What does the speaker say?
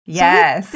yes